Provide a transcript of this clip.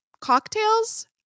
cocktails